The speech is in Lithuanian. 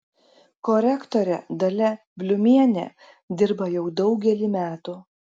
korektorė dalia bliumienė dirba jau daugelį metų